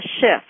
shift